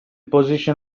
position